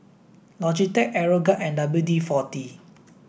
Logitech Aeroguard and W D forty